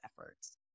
efforts